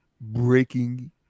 Breaking